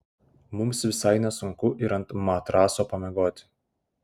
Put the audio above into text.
mums visai nesunku ir ant matraso pamiegoti